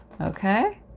okay